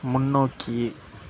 முன்னோக்கியே